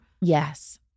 Yes